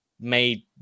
made